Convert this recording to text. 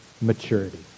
maturity